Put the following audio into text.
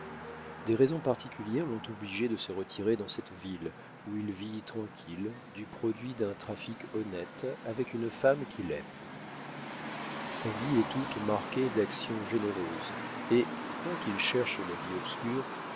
des raisons particulières l'ont obligé de se retirer dans cette ville où il vit tranquillement du produit d'un trafic honnête avec une femme qu'il aime sa vie est toute marquée d'actions généreuses et quoiqu'il cherche la vie obscure